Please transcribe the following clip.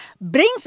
Brings